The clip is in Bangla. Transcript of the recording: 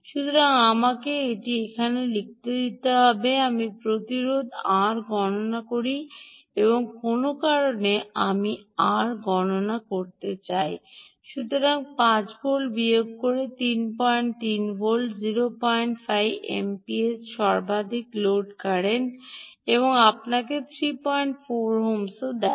সুতরাং আমাকে এটি এখানে লিখতে দাও আমি প্রতিরোধের R গণনা করি কোনও কারণে আমি আর গণনা করতে চাই আসুন 5 ভোল্ট বিয়োগ 33 বলি 05 এমপিএসের সর্বাধিক লোড কারেন্ট আপনাকে 34 ওমস দেয়